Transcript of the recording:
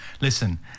Listen